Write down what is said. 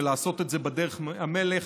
ולעשות את זה בדרך המלך.